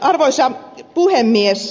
arvoisa puhemies